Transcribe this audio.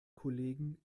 kollegen